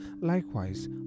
likewise